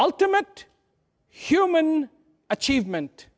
ultimate human achievement